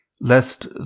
lest